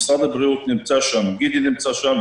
ומשרד הבריאות נמצא שם גידי פרץ נמצא שם,